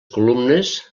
columnes